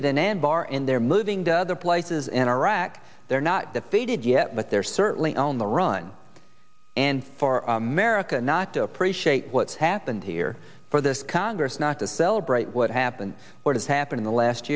anbar and they're moving to other places in iraq they're not defeated yet but they're certainly on the run and for america not to appreciate what's happened here for this congress not to celebrate what happened or does happen in the last